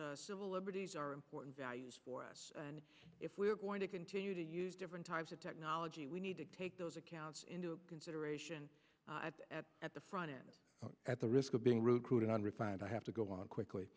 us civil liberties are important values for us and if we're going to continue to use different types of technology we need to take those accounts into consideration at the front end at the risk of being rude crude and unrefined i have to go on quickly